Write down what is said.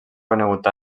conegut